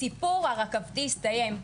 הסיפור הרכבתי הסתיים.